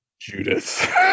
Judith